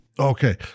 okay